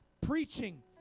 preaching